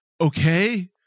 okay